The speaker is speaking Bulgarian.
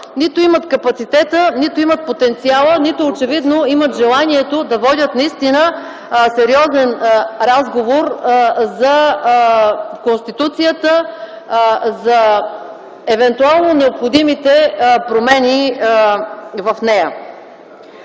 нито имат капацитета, нито имат потенциала, нито очевидно имат желанието да водят наистина сериозен разговор за Конституцията, за евентуално необходимите промени в нея.